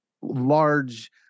large